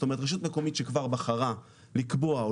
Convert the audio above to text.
זאת אומרת רשות מקומית שכבר בחרה לקבוע או